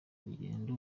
rugendo